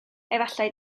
efallai